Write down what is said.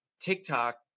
TikTok